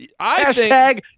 Hashtag